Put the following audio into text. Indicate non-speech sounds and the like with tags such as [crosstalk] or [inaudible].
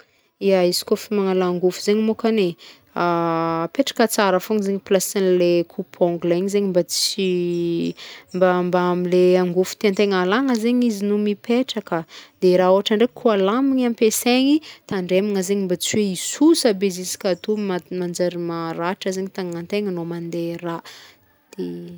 Ya, izy kaofa magnala angofo zegny môkany e, [hesitation] apetraka tsara fogna placenle coupe ongle igny zegny mba tsy [hesitation] mba- mba amle angofo tiantegna alagna ndraiky izy no mipetraka de raha ôhatra ndaiky ka lame ampiasaigny tandremagna zegny mba tsy hoe hisosa be jusk'atô ma- manjary maratra zegny tagnagnantegna no mande rà.